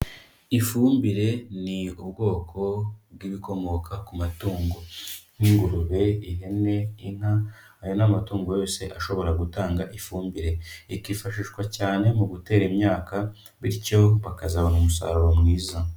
Ifumbire ni ubwoko bw'ibikomoka ku matungo nk'ingurube, ihene, inka, ayo ni amatungo yose ashobora gutanga ifumbire, ikifashishwa cyane mu gutera imyaka bityo bakazabona umusaruro mwiza.